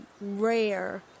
Rare